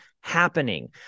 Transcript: happening